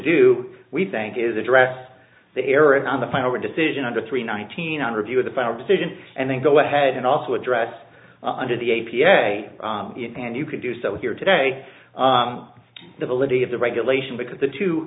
do we think is address the error and on the final decision under three nineteen and review the final decision and then go ahead and also address under the a p a and you can do so here today the validity of the regulation because the two